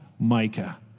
Micah